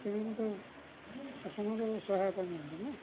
ସେମାନେ ତ ଶୋଷଣର ସହାୟତା ନିଅନ୍ତି ନା